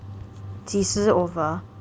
几时 over